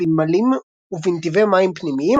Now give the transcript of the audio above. בנמלים ובנתיבי מים פנימיים,